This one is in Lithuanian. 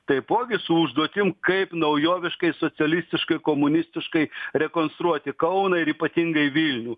taipogi su užduotim kaip naujoviškai socialistiškai komunistiškai rekonstruoti kauną ir ypatingai vilnių